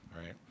right